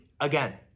again